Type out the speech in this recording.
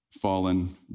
fallen